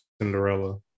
Cinderella